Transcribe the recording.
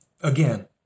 Again